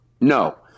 No